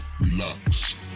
relax